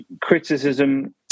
criticism